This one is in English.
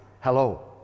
Hello